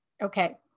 Okay